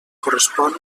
correspon